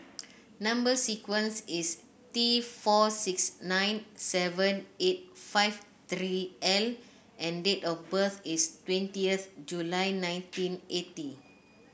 number sequence is T four six nine seven eight five three L and date of birth is twentieth July nineteen eighty